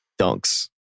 Dunks